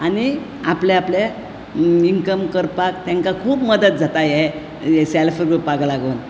आनी आपलें आपलें इनकम करपाक तेंकां खूब मदत जाता ये ये सॅल्फ ग्रुपाक लागून